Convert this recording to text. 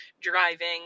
driving